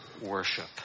worship